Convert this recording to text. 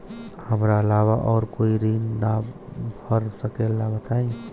हमरा अलावा और कोई ऋण ना भर सकेला बताई?